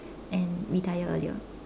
and retire earlier mm